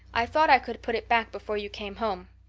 i thought i could put it back before you came home.